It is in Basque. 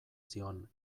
zion